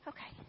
Okay